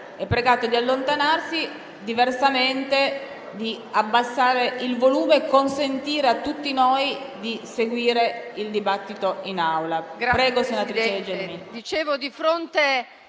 è pregato di allontanarsi; diversamente, di abbassare il volume e consentire a tutti noi di seguire il dibattito in Aula.